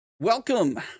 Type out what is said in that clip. Welcome